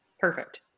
Perfect